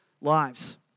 lives